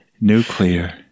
Nuclear